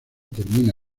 termina